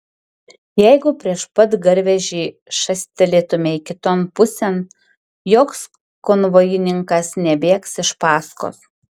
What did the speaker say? jeigu prieš pat garvežį šastelėtumei kiton pusėn joks konvojininkas nebėgs iš paskos